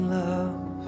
love